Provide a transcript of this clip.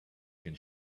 can